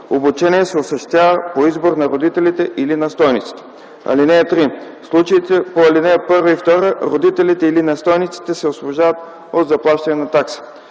обучение се осъществява по избор на родителите или настойниците. (3) В случаите по ал. 1 и 2 родителите или настойниците се освобождават от заплащането на такси.